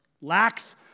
lacks